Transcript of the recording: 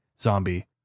zombie